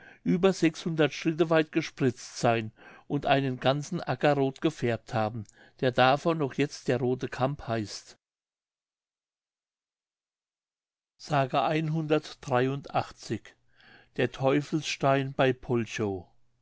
über schritte weit gespritzt seyn und einen ganzen acker roth gefärbt haben der davon noch jetzt der rothe kamp heißt acten der